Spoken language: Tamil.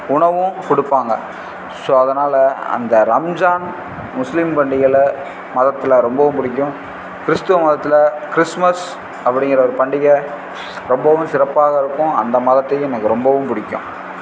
உணவும் கொடுப்பாங்க ஸோ அதனால் அந்த ரம்ஜான் முஸ்லீம் பண்டிகையில மதத்தில் ரொம்பவும் பிடிக்கும் கிறிஸ்துவ மதத்தில் கிறிஸ்மஸ் அப்படிங்கிற ஒரு பண்டிகை ரொம்பவும் சிறப்பாக இருக்கும் அந்த மதத்தையும் எனக்கு ரொம்பவும் பிடிக்கும்